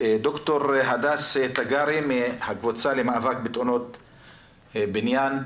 ד"ר הדס תגרי מהקבוצה למאבק בתאונות בניין.